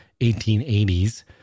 1880s